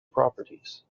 properties